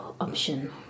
option